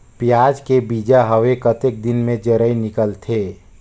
पियाज के बीजा हवे कतेक दिन मे जराई निकलथे?